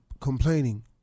complaining